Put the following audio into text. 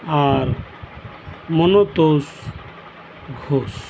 ᱟᱨ Monotosh ᱜᱷᱳᱥ